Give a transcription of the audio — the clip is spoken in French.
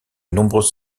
nombreuses